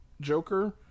Joker